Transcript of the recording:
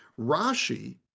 Rashi